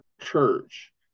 church